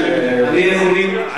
לרב של קדימה.